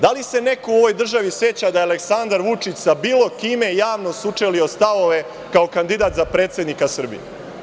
Da li se neko u ovoj državi seća da se Aleksandar Vučić sa bilo kim javno sučelio, stao kao kandidat za predsednika Srbije?